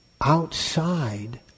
outside